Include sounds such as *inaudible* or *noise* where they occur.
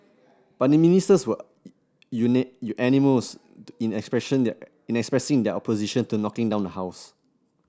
but the Ministers were *unintelligible* animals in *unintelligible* in expressing their opposition to knocking down the house